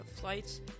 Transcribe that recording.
flights